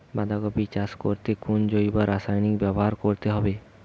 বাঁধাকপি চাষ করতে কোন জৈব রাসায়নিক ব্যবহার করতে হবে?